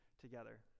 together